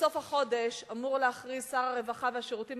בסוף החודש אמור להכריז שר הרווחה והשירותים